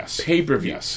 pay-per-view